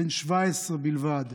בן 17 בלבד,